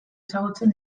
ezagutzen